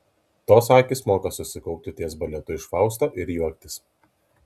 tos akys moka susikaupti ties baletu iš fausto ir juoktis